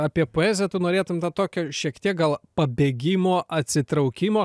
apie poeziją tu norėtum tą tokio šiek tiek gal pabėgimo atsitraukimo